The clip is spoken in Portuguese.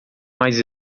mais